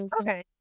Okay